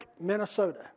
Minnesota